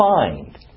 find